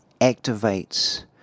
activates